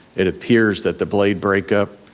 it appears that the blade breakup